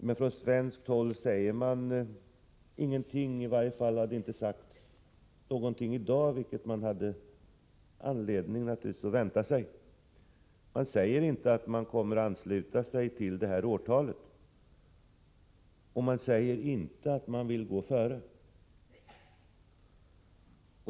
Men från svenskt håll säger man ingenting, i varje fall har det inte sagts någonting i dag — vilket vi naturligtvis hade anledning att vänta oss. Man säger inte att man kommer att ansluta sig i fråga om detta årtal, och man säger inte att man vill gå före.